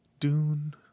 Dune